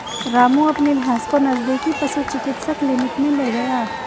रामू अपनी भैंस को नजदीकी पशु चिकित्सा क्लिनिक मे ले गया